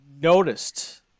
noticed